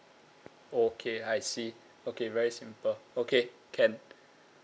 okay I see okay very simple okay can